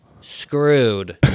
screwed